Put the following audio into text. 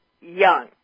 young